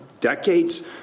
decades